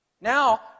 Now